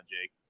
Jake